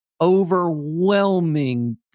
overwhelming